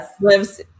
lives